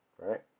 right